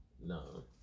No